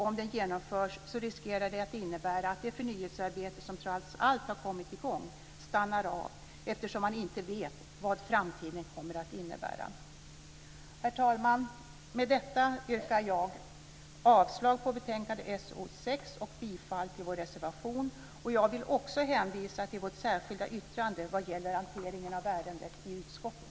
Om den genomförs riskerar det att innebära att det förnyelsearbete som trots allt har kommit i gång stannar av, eftersom man inte vet vad framtiden kommer att innebära. Herr talman! Med detta yrkar jag avslag på hemställan i betänkande SoU6 och bifall till vår reservation. Jag vill också hänvisa till vårt särskilda yttrande vad gäller hanteringen av ärendet i utskottet.